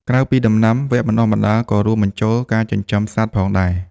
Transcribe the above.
ក្រៅពីដំណាំ វគ្គបណ្តុះបណ្តាលក៏រួមបញ្ចូលការចិញ្ចឹមសត្វផងដែរ។